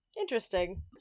Interesting